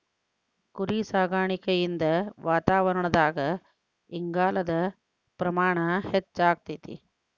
ಕುರಿಸಾಕಾಣಿಕೆಯಿಂದ ವಾತಾವರಣದಾಗ ಇಂಗಾಲದ ಪ್ರಮಾಣ ಹೆಚ್ಚಆಗ್ತೇತಿ